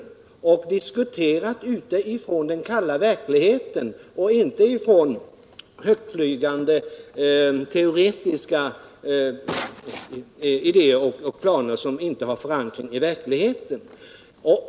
Därvid har man diskuterat med utgångspunkt i den kalla verkligheten och inte utifrån högtflygande teorier och planer, som inte har någon förankring i verkligheten.